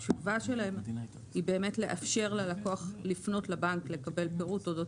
אז התשובה שלהם היא באמת לאפשר ללקוח לפנות לבנק לקבל פירוט אודות